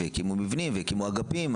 הקימו מבנים והקימו אגפים,